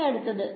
ഇനി അടുത്തത്